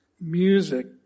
music